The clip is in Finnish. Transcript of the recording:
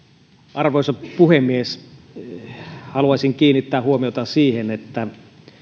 arvoisa puhemies haluaisin kiinnittää huomiota siihen että